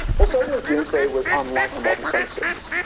ah certainly doomsday was unlike a modern census,